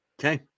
Okay